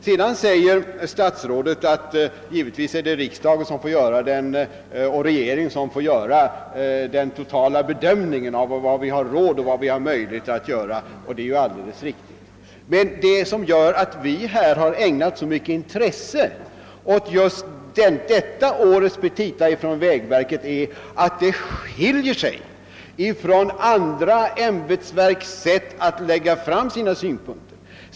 Statsrådet säger att givetvis är det regering och riksdag som får göra den totala bedömningen av vad vi har råd och möjlighet att göra, och detta är naturligtvis riktigt. Men det som gör att vi ägnat så stort intresse åt just detta års petita från vägverket är att dessa skiljer sig från andra ämbetsverks sätt att lägga fram sina synpunkter.